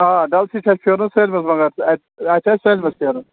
آ ڈَلسٕے چھُ اَسہِ پھیرُن سٲلِمس مگر اَتہِ اتہِ اتہِ چھُ اسہِ سٲلِمَس پھیرُن